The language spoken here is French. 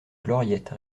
gloriette